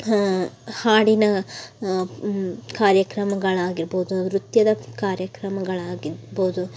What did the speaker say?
ಹಾಡಿನ ಕಾರ್ಯಕ್ರಮಗಳಾಗಿರ್ಬೋದು ನೃತ್ಯದ ಕಾರ್ಯಕ್ರಮ್ಗಳಾಗಿರ್ಬೋದು